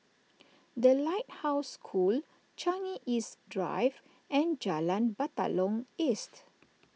the Lighthouse School Changi East Drive and Jalan Batalong East